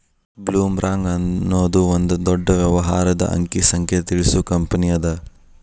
ಬ್ಲೊಮ್ರಾಂಗ್ ಅನ್ನೊದು ಒಂದ ದೊಡ್ಡ ವ್ಯವಹಾರದ ಅಂಕಿ ಸಂಖ್ಯೆ ತಿಳಿಸು ಕಂಪನಿಅದ